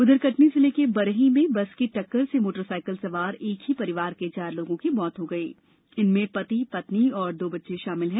उधर कटनी जिले के बरही में बस की टक्कर से मोटर साइकल सवार एक ही परिवार के चार लोगों की मृत्यु हो गई इनमें पति पत्नी और दो बच्चे शामिल हैं